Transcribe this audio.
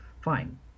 fine